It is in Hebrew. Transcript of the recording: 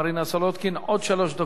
עוד שלוש דקות לרשותך,